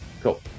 Cool